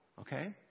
okay